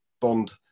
Bond